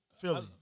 Philly